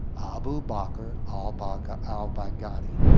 abu bakr ah bakr al-baghdadi.